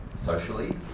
Socially